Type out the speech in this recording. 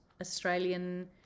Australian